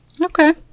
Okay